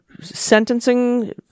sentencing